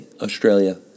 Australia